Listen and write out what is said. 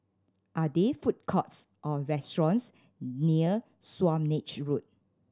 are there food courts or restaurants near Swanage Road